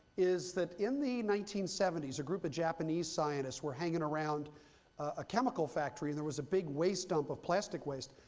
is that in the nineteen seventy s, or group of japanese scientists were hanging around a chemical factory, and there was a big waste dump of plastic waste.